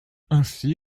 ainsi